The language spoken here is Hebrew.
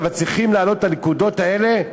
אבל צריכים להעלות את הנקודות האלה.